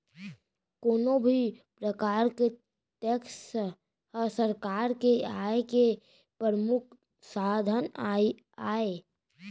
कोनो भी परकार के टेक्स ह सरकार के आय के परमुख साधन आय